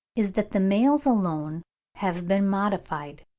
is that the males alone have been modified.